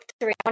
three